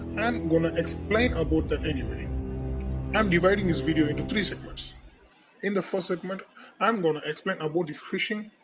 i'm gonna explain about that anyway i'm dividing this video into three segments in the first segment i'm gonna explain about the phishing,